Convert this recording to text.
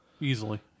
Easily